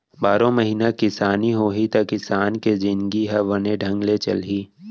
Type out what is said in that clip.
बारो महिना किसानी होही त किसान के जिनगी ह बने ढंग ले चलही